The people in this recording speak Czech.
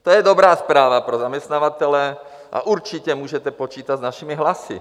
To je dobrá zpráva pro zaměstnavatele a určitě můžete počítat s našimi hlasy.